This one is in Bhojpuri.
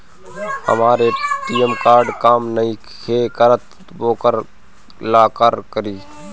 हमर ए.टी.एम कार्ड काम नईखे करत वोकरा ला का करी?